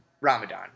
Ramadan